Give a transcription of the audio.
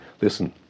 listen